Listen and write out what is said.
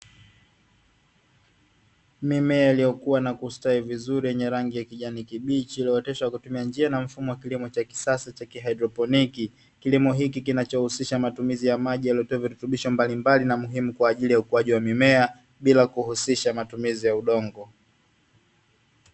Mimea iliyokuwa na kustawi vizuri yenye rangi ya kijani kibichi, iliyooteshwa kwa kutumia njia na mfumo wa kilimo cha kisasa cha kihaidroponi. Kilimo hiki kinachohusisha matumizi ya maji yaliyotiwa virutubisho mbalimbali na muhimu kwa ajili ya ukuaji wa mimea, bila kuhusisha matumizi ya udongo.